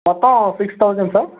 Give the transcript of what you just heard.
మొత్తం six thousand sir